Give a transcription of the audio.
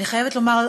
אני חייבת לומר,